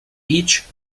each